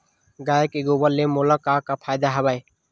गाय के गोबर ले मोला का का फ़ायदा हवय?